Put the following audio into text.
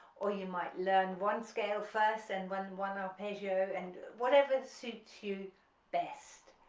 or you might learn one scale first, and one one arpeggio, and whatever suits you best.